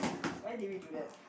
why did we do that